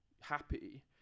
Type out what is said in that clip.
happy